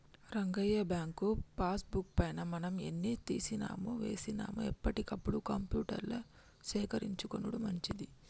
Rangayya bank pass book పైన మనం ఎన్ని తీసినామో వేసినాము ఎప్పటికప్పుడు కంప్యూటర్ల సేకరించుకొనుడు మంచిది